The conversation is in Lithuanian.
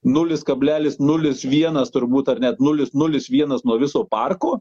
nulis kablelis nulis vienas turbūt ar net nulis nulis vienas nuo viso parko